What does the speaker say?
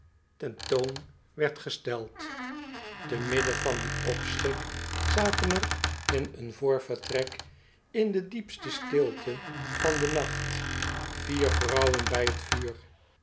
ten toon werd gesteld te midden van dien opschik zaten er in een voor vertrek in de diepste stilte van den nacht vier vrouwen bij t vuur